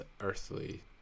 earthly